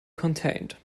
contained